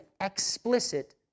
explicit